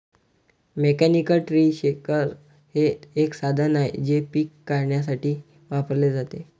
mechanical tree shaker हे एक साधन आहे जे पिके काढण्यासाठी वापरले जाते